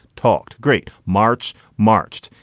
talk. great march. marched.